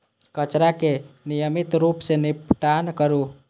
कचरा के नियमित रूप सं निपटान करू